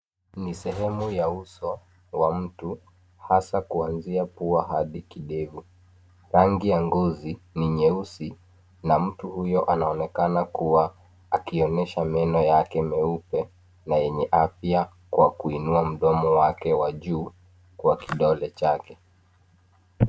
Hii ni sehemu ya uso wa mtu hasa kuanzia pua hadi kidevu. Rangi ya ngozi ni nyeusi, na mtu huyo anaonekana kuwa akionyesha meno yake meupe na yenye afya kwa kuinua mdomo wake wa juu kwa kidole chake.